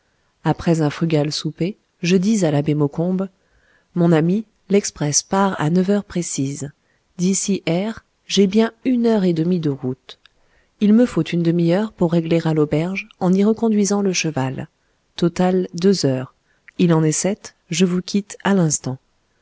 après un frugal souper je dis à l'abbé maucombe mon ami l'express part à neuf heures précises d'ici r j'ai bien une heure et demie de route il me faut une demi-heure pour régler à l'auberge en y reconduisant le cheval total deux heures il en est sept je vous quitte à l'instant